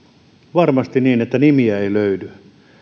varmasti on niin että nimiä ei löydy